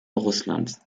russlands